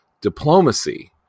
diplomacy